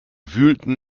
wühlten